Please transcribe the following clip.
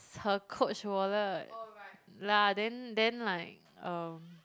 her Coach wallet lah then then like um